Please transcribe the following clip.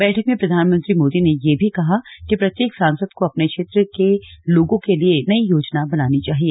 बैठक में प्रधानमंत्री मोदी ने यह भी कहा कि प्रत्येक सांसद को अपने क्षेत्र के लोगों के लिए नई योजना बनानी चाहिए